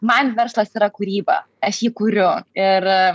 man verslas yra kūryba aš jį kuriu ir